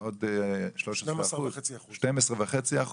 עוד 12.5%?